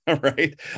right